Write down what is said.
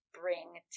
bring